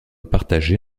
partagé